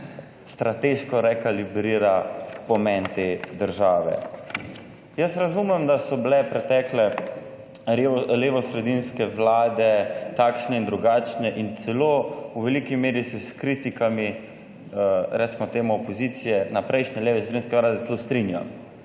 strateško rekalibrira pomen te države. Jaz razumem, da so bile pretekle levosredinske vlade takšne in drugačne in celo v veliki meri se s kritikami, recimo temu opozicije na prejšnje levosredinske vlade celo strinjam.